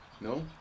No